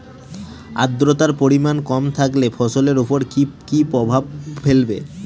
আদ্রর্তার পরিমান কম থাকলে ফসলের উপর কি কি প্রভাব ফেলবে?